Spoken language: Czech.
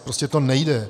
Prostě to nejde.